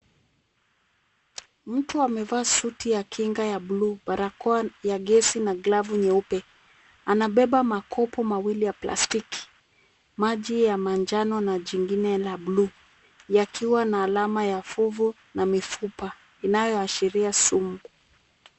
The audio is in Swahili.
Mtu amevaa suti ya kinga ya blue , barakoa ya gesi na glavu nyeupe. Anabeba makopo mawili ya plastiki, maji ya manjano na jingine la blue , yakiwa na alama ya fuvu na mifupa inayoashiria sumu.